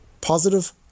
positive